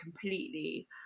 completely